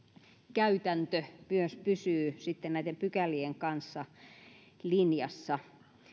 käytäntö myös pysyy sitten näiden pykälien kanssa linjassa